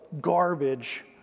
garbage